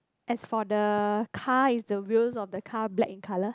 as for the car is the wheels of the car black in color